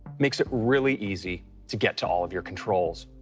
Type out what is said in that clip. makes it really easy to get to all of your controls.